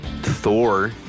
Thor